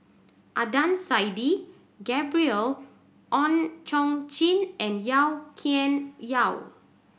Adnan Saidi Gabriel Oon Chong Jin and Yau Tian Yau